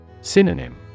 Synonym